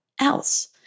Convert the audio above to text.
else